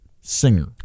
singer